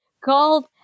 called